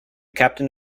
captain